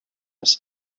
his